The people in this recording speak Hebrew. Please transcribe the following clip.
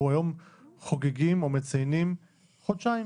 אנחנו היום מציינים חודשיים